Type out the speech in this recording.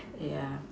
yeah